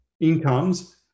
incomes